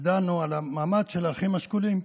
כאשר דנו על המעמד של האחים השכולים,